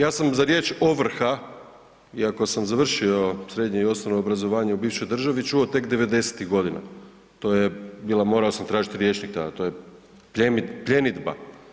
Ja sam za riječ „ovrha“ iako sam završio srednje i osnovno obrazovanje u bivšoj državi, čuo tek '90.-tih godina, to je bila, morao sam tražiti rječnik tada, to je pljenidba.